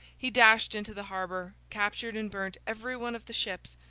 he dashed into the harbour, captured and burnt every one of the ships,